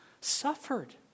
suffered